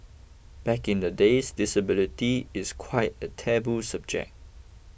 back in the days disability is quite a taboo subject